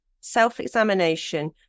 self-examination